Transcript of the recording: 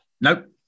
Nope